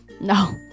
No